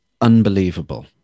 unbelievable